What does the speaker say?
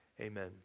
Amen